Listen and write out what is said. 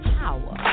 power